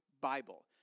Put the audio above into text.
Bible